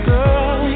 Girl